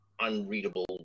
unreadable